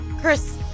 Chris